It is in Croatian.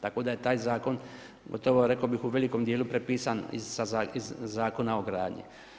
Tako da je taj zakon gotovo rekao bih u velikom dijelu prepisan iz Zakona o gradnji.